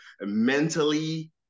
Mentally